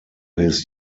his